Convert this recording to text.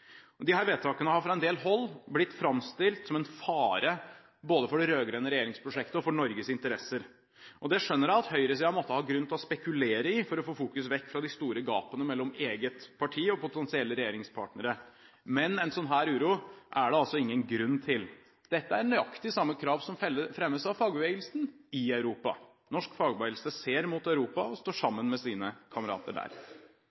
vedtakene har fra en del hold blitt framstilt som en fare både for det rød-grønne regjeringsprosjektet og for Norges interesser. Det skjønner jeg at høyresiden har grunn til å spekulere i for å få oppmerksomheten vekk fra de store gapene mellom eget parti og potensielle regjeringspartnere, men en slik uro er det ingen grunn til. Dette er nøyaktig samme krav som fremmes av fagbevegelsen i Europa. Norsk fagbevegelse ser mot Europa og står sammen med sine kamerater der.